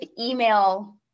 email